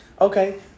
Okay